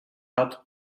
hat